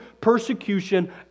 persecution